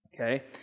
okay